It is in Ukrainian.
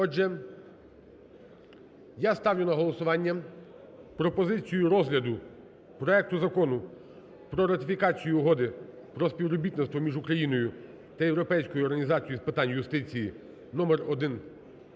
Отже, я ставлю на голосування пропозицію розгляду проекту Закону про ратифікацію Угоди про співробітництво між Україною та Європейською організацією з питань юстиції (номер 0122)